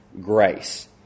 grace